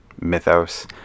mythos